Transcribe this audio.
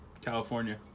California